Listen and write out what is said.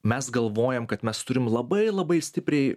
mes galvojam kad mes turim labai labai stipriai